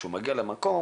כשהוא מגיע למקום,